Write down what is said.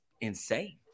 insane